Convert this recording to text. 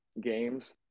games